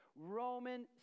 Roman